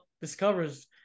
discovers